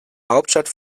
hauptstadt